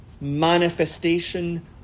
manifestation